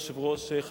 ראשונה.